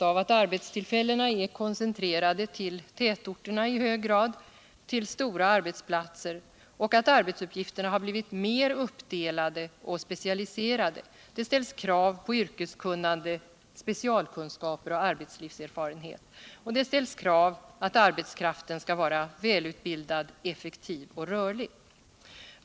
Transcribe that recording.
av att arbetsullfällena är koneenitrerade ull tätorterna och till stora arbetsplatser och att arbetsuppgifterna har blivit mer uppdelade och specialiserade. Det ställs krav på yrkeskunnande, specialkunskaper och arbetslivserfarenhet. Det ställs krav att arbetskraften skall vara välutbildad. effektiv och rörlig.